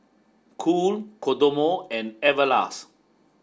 cool Kodomo and Everlast